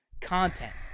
content